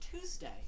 Tuesday